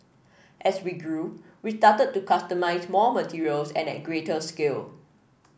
as we grew we started to customise more materials and at greater scale